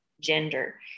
gender